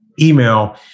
email